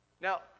Now